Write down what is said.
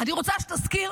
אני רוצה שתזכיר